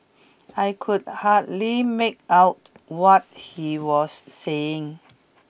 I could hardly make out what he was saying